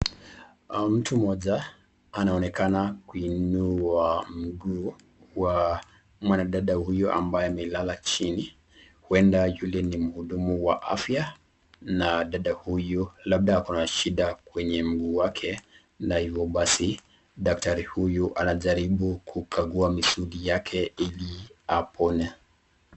Mtu mmoja anaonekana kuinua mguu wa mwanadada huyo ambaye amelala chini. Huenda yule ni mhudumu wa afya na dada huyu labda ako na shida kwenye mguu wake na hivyo basi daktari huyu anajaribu kukagua misuli yake ili apone.